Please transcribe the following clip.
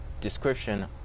description